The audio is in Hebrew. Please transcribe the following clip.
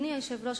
אדוני היושב-ראש,